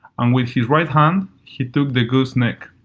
and with his right hand he took the goose's neck.